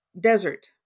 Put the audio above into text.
desert